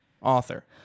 author